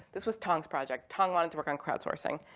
this was tom's project. tom wanted to work on crowdsourcing.